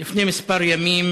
לפני כמה ימים